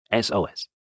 SOS